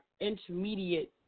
intermediate